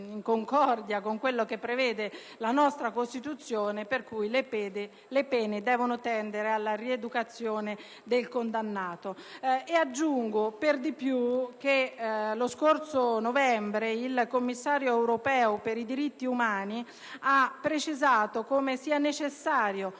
in concordia con quanto prevede la nostra Costituzione. Di conseguenza, le pene dovrebbero tendere alla rieducazione del condannato. Per di più, lo scorso novembre il Commissario europeo per i diritti umani ha precisato come sia necessario